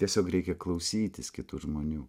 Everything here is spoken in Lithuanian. tiesiog reikia klausytis kitų žmonių